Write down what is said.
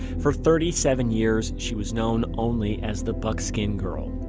for thirty seven years she was known only as the buck skin girl.